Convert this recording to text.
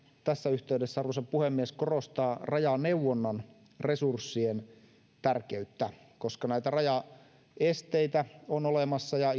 tässä yhteydessä arvoisa puhemies korostaa rajaneuvonnan resurssien tärkeyttä koska näitä rajaesteitä on olemassa ja